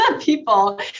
people